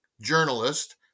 journalist